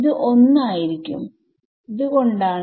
ഇത് 1 ആയിരിക്കും ഇത് കൊണ്ടാണ്